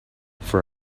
for